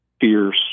fierce